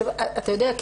אתה יודע,